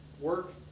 work